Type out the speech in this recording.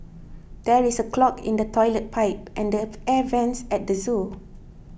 there is a clog in the Toilet Pipe and the Air Vents at the zoo